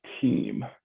team